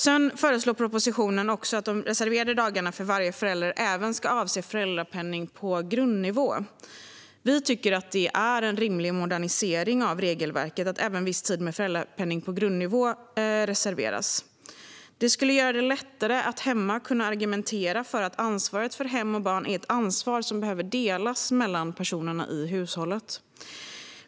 I propositionen föreslås att de reserverade dagarna för varje förälder även ska avse föräldrapenning på grundnivå. Vi tycker att det är en rimlig modernisering av regelverket att även viss tid med föräldrapenning på grundnivå reserveras. Det skulle göra det lättare att hemma kunna argumentera för att ansvaret för hem och barn är ett ansvar som behöver delas mellan personerna i hushållet.